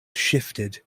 shifted